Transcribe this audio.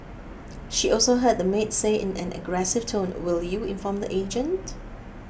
she also heard the maid say in an aggressive tone will you inform the agent